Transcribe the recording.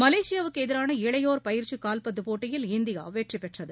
மலேசியாவுக்கு எதிரான இளையோர் பயிற்சி கால்பந்து போட்டியில் இந்தியா வெற்றி பெற்றது